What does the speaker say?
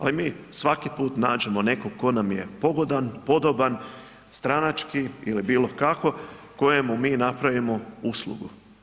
Ali mi svaki put nađemo nekoga tko nam je pogodan, podoban, stranački ili bilo kako kojemu mu napravimo uslugu.